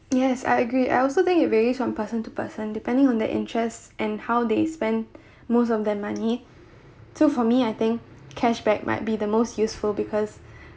yes I agree I also think it varies from person to person depending on their interests and how they spend most of their money too for me I think cashback might be the most useful because